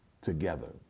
together